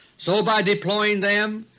so, by deploying them,